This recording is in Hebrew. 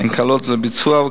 הן קלות לביצוע,